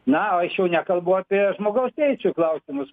na aš jau nekalbu apie žmogaus teisių klausimus